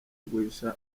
guhisha